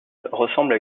ressemble